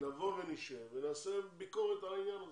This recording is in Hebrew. נשב ונעשה ביקורת על העניין הזה.